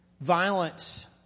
Violence